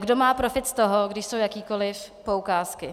Kdo má profit z toho, když jsou jakékoliv poukázky.